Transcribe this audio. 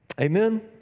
Amen